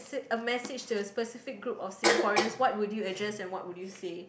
a message to a specific group of Singaporeans what would you address and what would you say